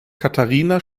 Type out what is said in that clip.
katharina